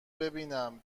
ببینم